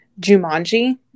Jumanji